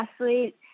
athlete